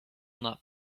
not